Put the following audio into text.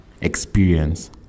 experience